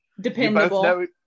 Dependable